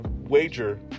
wager